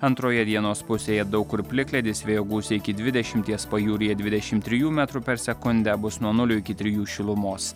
antroje dienos pusėje daug kur plikledis vėjo gūsiai iki dvidešimties pajūryje dvidešimt trijų metrų per sekundę bus nuo nulio iki trijų šilumos